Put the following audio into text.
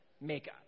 Make